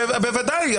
בוודאי,